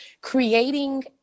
creating